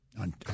On